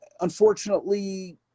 unfortunately